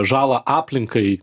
žalą aplinkai